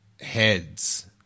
heads